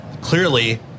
clearly